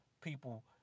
people